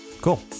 Cool